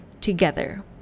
together